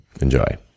Enjoy